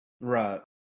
right